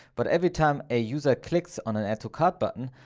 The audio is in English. but every time a user clicks on an add to cart button,